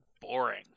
boring